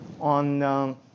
on